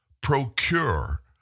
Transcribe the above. procure